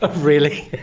ah really!